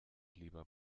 lieber